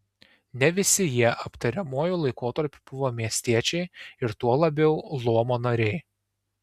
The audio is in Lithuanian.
ne visi jie aptariamuoju laikotarpiu buvo miestiečiai ir tuo labiau luomo nariai